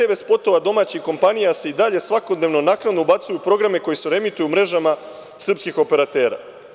Hiljade tv-spotova domaćih kompanija se i dalje svakodnevno naknadno ubacuje u programe koji se reemituju u mrežama srpskih operatera.